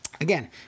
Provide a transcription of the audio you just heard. Again